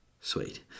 sweet